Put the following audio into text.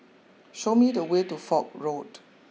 show me the way to Foch Road